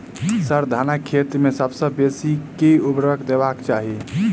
sir, धानक खेत मे सबसँ बेसी केँ ऊर्वरक देबाक चाहि